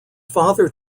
father